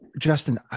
Justin